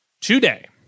today